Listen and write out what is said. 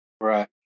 right